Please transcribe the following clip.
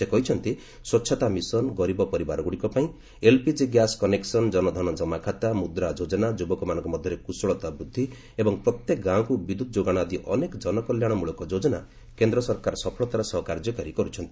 ସେ କହିଛନ୍ତି ସ୍ୱଚ୍ଛତା ମିଶନ୍ ଗରିବ ପରିବାରଗୁଡ଼ିକ ପାଇଁ ଏଲ୍ପିଜି ଗ୍ୟାସ୍ କନେକ୍ସନ୍ ଜନଧନ ଜମାଖାତା ମୁଦ୍ରା ଯୋଚ୍ଚନା ଯୁବକମାନଙ୍କ ମଧ୍ୟରେ କୁଶଳତା ବୃଦ୍ଧି ଏବଂ ପ୍ରତ୍ୟେକ ଗାଁକୁ ବିଦ୍ୟୁତ୍ ଯୋଗାଣ ଆଦି ଅନେକ ଜନକଲ୍ୟାଣମୂଳକ ଯୋଜନା କେନ୍ଦ୍ର ସରକାର ସଫଳତାର ସହ କାର୍ଯ୍ୟକାରୀ କରିଛନ୍ତି